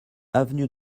avenue